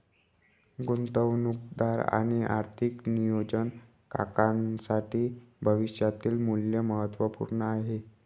गुंतवणूकदार आणि आर्थिक नियोजन काकांसाठी भविष्यातील मूल्य महत्त्वपूर्ण आहे